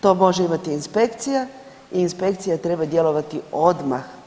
To može imati inspekcija i inspekcija treba djelovati odmah.